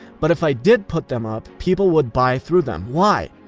but if i did put them up, people would buy through them. why?